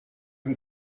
dem